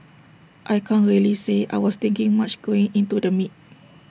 I can't really say I was thinking much going into the meet